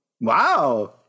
wow